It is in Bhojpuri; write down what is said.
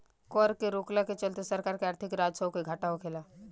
कर के रोकला के चलते सरकार के आर्थिक राजस्व के घाटा होखेला